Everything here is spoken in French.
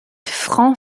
francs